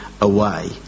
away